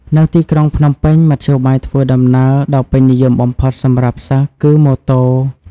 នៅទីក្រុងភ្នំពេញ មធ្យោបាយធ្វើដំណើរដ៏ពេញនិយមបំផុតសម្រាប់សិស្សគឺម៉ូតូ។